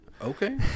Okay